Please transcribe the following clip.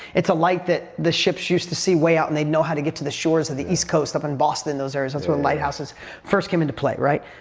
it's a light that the ships used to see way out and they'd know how to get to the shores of the east coast up in boston, those areas, that's where lighthouses first came into play, right?